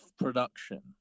production